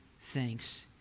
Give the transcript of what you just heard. thanks